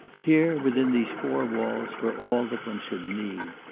here, within these four walls, were all that one should need,